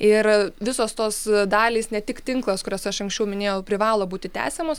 ir visos tos dalys ne tik tinklas kurias aš anksčiau minėjau privalo būti tęsiamos